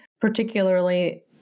particularly